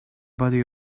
body